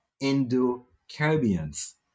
Indo-Caribbeans